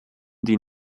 die